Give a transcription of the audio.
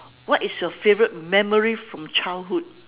what is your favourite memory from childhood